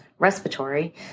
respiratory